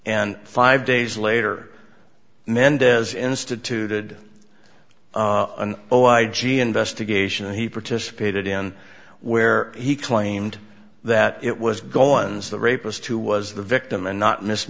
and five days later mendez instituted oh i g a investigation he participated in where he claimed that it was going to the rapist who was the victim and not m